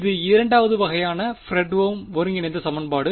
இது இரண்டாவது வகையான ஃப்ரெட்ஹோம் ஒருங்கிணைந்த சமன்பாடு